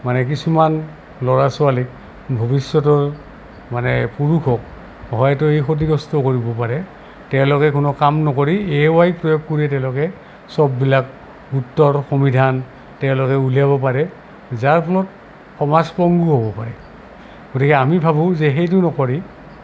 মানে কিছুমান ল'ৰা ছোৱালীক ভৱিষ্যতৰ মানে পুৰুষক হয়তো এই ক্ষতিগ্ৰস্ত কৰিব পাৰে তেওঁলোকে কোনো কাম নকৰি এ আই প্ৰয়োগ কৰি তেওঁলোকে চববিলাক উত্তৰ সমিধান তেওঁলোকে উলিয়াব পাৰে যাৰ ফলত সমাজ পংগু হ'ব পাৰে গতিকে আমি ভাবোঁ যে সেইটো নকৰি